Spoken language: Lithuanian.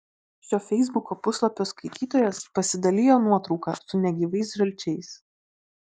šio feisbuko puslapio skaitytojas pasidalijo nuotrauka su negyvais žalčiais